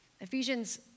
Ephesians